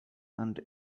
and